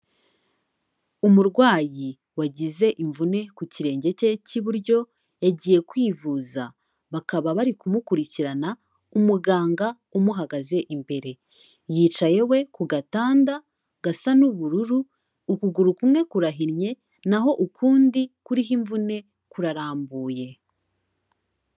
Umurwayi wagize imvune ku kirenge cye cy'iburyo yagiye kwivuza. Bakaba bari kumukurikirana umuganga amuhagaze imbere, Yicaye we ku gatanda gasa n'ubururu ukuguru kumwe kurahinnye n'aho ukundi kuriho imvune kurarambuye.